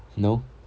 no